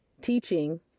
teaching